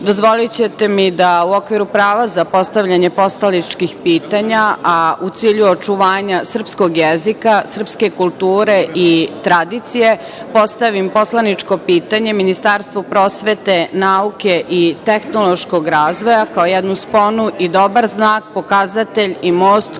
dozvolićete mi da u okviru prava za postavljanje poslaničkih pitanja, a u cilju očuvanja srpskog jezika, srpske kulture i tradicije, postavim poslaničko pitanje Ministarstvu prosvete, nauke i tehnološkog razvoja, kao jednu sponu i dobar znak, pokazatelj i most